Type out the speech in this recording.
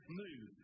move